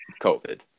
COVID